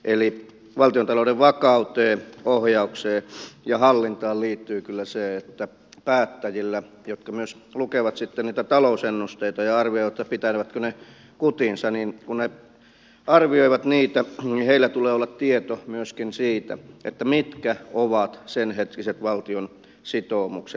eli valtiontalouden vakauteen ohjaukseen ja hallintaan liittyy kyllä se että päättäjillä jotka myös lukevat sitten niitä talousennusteita ja arvioivat pitävätkö ne kutinsa silloin kun he arvioivat niitä tulee olla tieto myöskin siitä mitkä ovat senhetkiset valtion sitoumukset